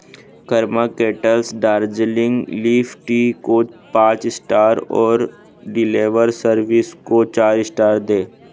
Karma kettles Darjeeling leaf tea को पाँच star और डिलेवर सर्विस को चार इस्टार दें